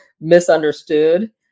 misunderstood